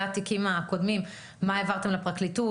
התיקים הקודמים מה העברתם לפרקליטות,